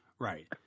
right